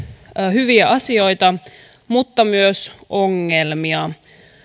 hyviä asioita mutta myös ongelmia